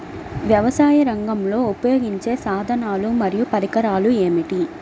వ్యవసాయరంగంలో ఉపయోగించే సాధనాలు మరియు పరికరాలు ఏమిటీ?